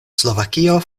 slovakio